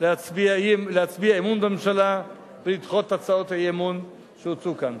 להצביע אמון בממשלה ולדחות את הצעות האי-אמון שהוגשו כאן.